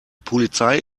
polizei